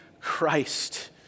Christ